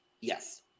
Yes